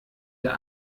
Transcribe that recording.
der